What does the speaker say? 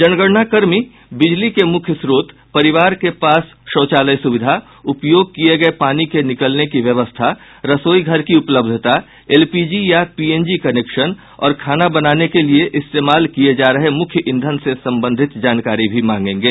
जनगणना कर्मी बिजली के मुख्य स्रोत परिवार के पास शौचालय सुविधा उपयोग किये गये पानी के निकलने की व्यवस्था रसोईघर की उपलब्धता एलपीजी या पीएनजी कनेक्शन और खाना बनाने के लिए इस्तेमाल किए जा रहे मुख्य ईंधन से संबंधित जानकारी भी मागेंगे